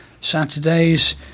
Saturdays